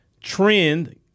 trend